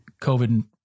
COVID